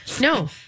no